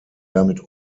damit